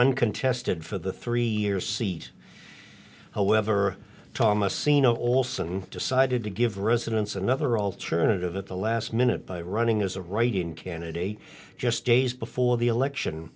uncontested for the three years seat however thomas seen olson decided to give residents another alternative at the last minute by running as a write in candidate just days before the election